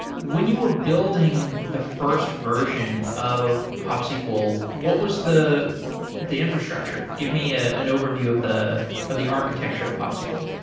when you were building the first version of popsql, what was the the infrastructure? give me ah an overview of the of the architecture of popsql.